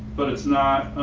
but it's not.